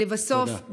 לבסוף,